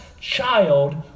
child